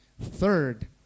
Third